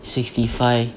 sixty five